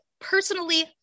personally